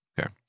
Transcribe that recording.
Okay